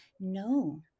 no